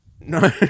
No